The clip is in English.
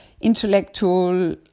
intellectual